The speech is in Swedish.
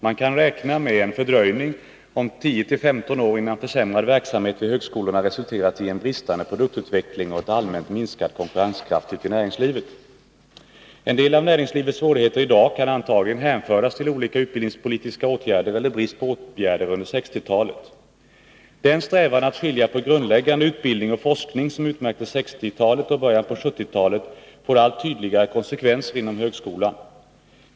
Man kan räkna med en fördröjning om 10-15 år, innan försämrad verksamhet vid högskolorna har resulterat i en bristande produktutveckling och allmänt minskad konkurrenskraft ute i näringslivet. En del av näringslivets svårigheter i dag kan antagligen hänföras till olika utbildningspolitiska åtgärder — eller brist på åtgärder — under 1960-talet. Den strävan att skilja på grundläggande utbildning och forskning som utmärkte 1960-talet och början av 1970-talet får allt tydligare konsekvenser inom högskolorna.